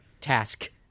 task